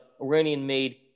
Iranian-made